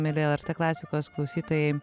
mieli lrt klasikos klausytojai